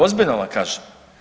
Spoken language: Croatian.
Ozbiljno vam kažem.